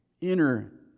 inner